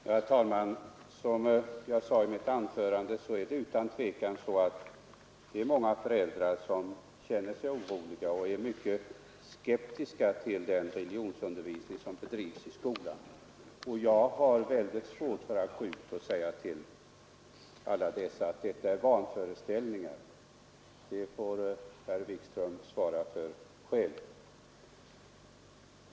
Herr talman! Som jag sade i mitt första anförande är det otvivelaktigt så, att många föräldrar känner sig oroliga och är mycket skeptiskt inställda till den religionsundervisning som bedrivs i skolan. Jag har svårt för att gå ut och säga till alla dessa att det är vanföreställningaår — detta påstående får herr Wikström svara för själv.